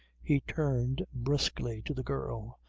he turned briskly to the girl.